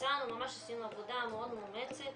ממש עשינו עבודה מאוד מאומצת,